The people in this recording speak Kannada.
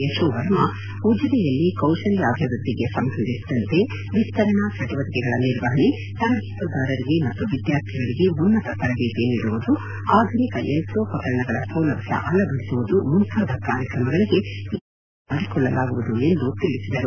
ಯಶೋವರ್ಮ ಉಜಿರೆಯಲ್ಲಿ ಕೌಶಲಾಭಿವೃದ್ದಿಗೆ ಸಂಬಂಧಿಸಿದಂತೆ ವಿಸ್ತರಣಾ ಚಟುವಟಕೆಗಳ ನಿರ್ವಹಣೆ ತರಬೇತುದಾರರಿಗೆ ಮತ್ತು ವಿದ್ಯಾರ್ಥಿಗಳಿಗೆ ಉನ್ನತ ತರಬೇತಿ ನೀಡುವುದು ಆಧುನಿಕ ಯಂತ್ರೋಪಕರಣಗಳ ಸೌಲಭ್ಞ ಅಳವಡಿಸುವುದು ಮುಂತಾದ ಕಾರ್ಯಕ್ರಮಗಳಿಗೆ ಈ ಅನುದಾನ ಬಳಸಲಾಗುವುದು ಎಂದು ತಿಳಿಸಿದರು